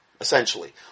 essentially